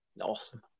awesome